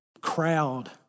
crowd